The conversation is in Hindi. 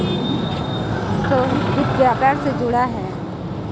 सोहेल वित्त व्यापार से जुड़ा हुआ है